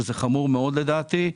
שזה חמור מאוד לדעתי,